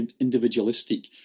individualistic